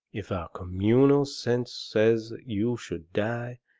if our communal sense says you should die,